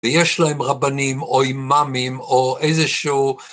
ויש להם רבנים או אימאמים או איזה שהוא.